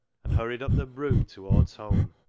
and hurried up the broo towards home.